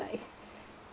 like